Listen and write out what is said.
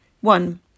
One